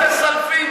לא אמרתי להאשים.